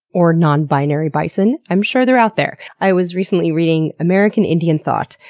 or non-binary bison. i'm sure they're out there. i was recently reading american-indian thought,